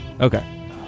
Okay